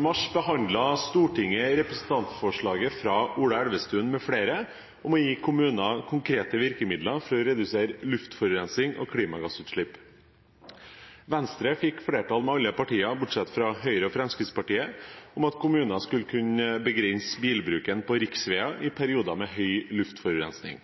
mars behandlet Stortinget representantforslaget fra Ola Elvestuen med flere om å gi kommuner konkrete virkemiddel for å redusere luftforurensing og klimagassutslipp. Venstre fikk flertall med alle partiene, bortsett fra Høyre og Fremskrittspartiet, for at kommuner skal kunne begrense bilbruken på riksveier i perioder med høy luftforurensing.